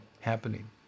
happening